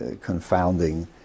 confounding